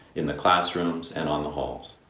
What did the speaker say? in the classrooms, and on the halls.